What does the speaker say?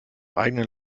eigenen